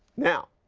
now,